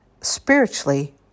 spiritually